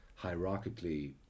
hierarchically